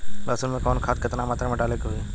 लहसुन में कवन खाद केतना मात्रा में डाले के होई?